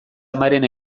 amaren